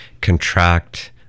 contract